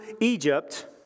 Egypt